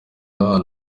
lohan